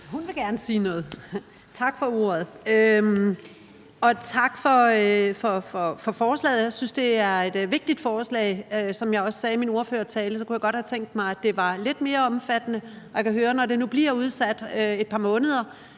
Andersen (SF): Tak for ordet, og tak for forslaget. Jeg synes, det er et vigtigt forslag. Som jeg også sagde i min ordførertale, kunne jeg godt have tænkt mig, at det havde været lidt mere omfattende, og jeg kan høre, at der, når det nu bliver udsat et par måneder,